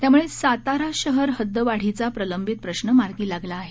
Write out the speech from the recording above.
त्यामुळे सातारा शहर हद्दवाढीचा प्रलंबित प्रश्न मार्गी लागला आहे